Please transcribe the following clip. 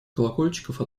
колокольчиков